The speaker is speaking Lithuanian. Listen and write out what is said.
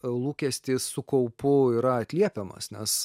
lūkestis su kaupu yra atliepiamas nes